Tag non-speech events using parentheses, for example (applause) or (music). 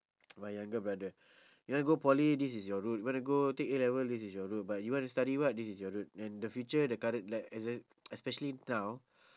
(noise) my younger brother you want go poly this is your road you want to go take A-level this is your road but you want to study what this is your road in the future the current like espec~ especially now